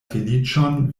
feliĉon